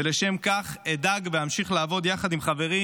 ולשם כך אדאג להמשיך לעבוד יחד עם חברי